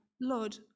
lord